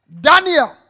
Daniel